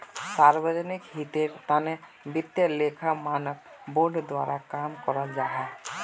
सार्वजनिक हीतेर तने वित्तिय लेखा मानक बोर्ड द्वारा काम कराल जाहा